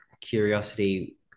curiosity